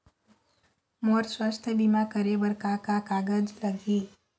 मोर स्वस्थ बीमा करे बर का का कागज लगही?